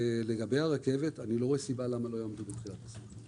לגבי הרכבת אני לא רואה סיבה למה לא יעמדו בלוח הזמנים.